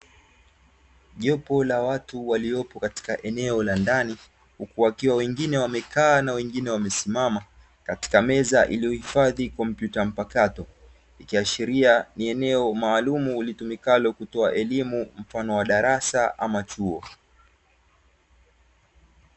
Jopo la watu waliopo katika eneo la ndani, huku wakiwa wengine wamekaa na wengine wamesimama, katika meza iliyohifadhi kompyuta mpakato likiashiria ni eneo maalumu litumikalo kutoa elimu mfano wa darasa ama chuo.